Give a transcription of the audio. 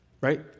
right